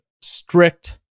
strict